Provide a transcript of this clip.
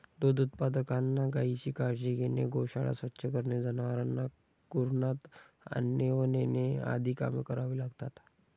दूध उत्पादकांना गायीची काळजी घेणे, गोशाळा स्वच्छ करणे, जनावरांना कुरणात आणणे व नेणे आदी कामे करावी लागतात